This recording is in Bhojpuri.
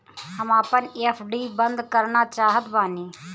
हम आपन एफ.डी बंद करना चाहत बानी